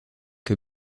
que